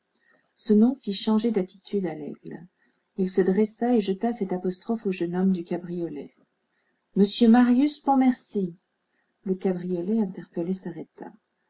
ce nom fit changer d'attitude à laigle il se dressa et jeta cette apostrophe au jeune homme du cabriolet monsieur marius pontmercy le cabriolet interpellé s'arrêta